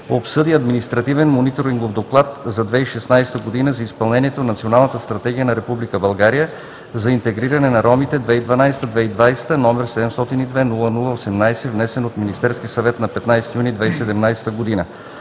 обсъди Административен мониторингов доклад за 2016 г. за изпълнението на Националната стратегия на Република България за интегриране на ромите (2012 – 2020), № 702-00-18, внесен от Министерски съвет на 15 юни 2017 г.